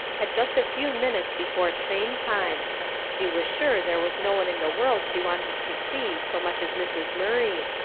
had just a few minutes before train time she was sure there was no one in the world she wanted to see so much as mrs. murray,